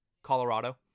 Colorado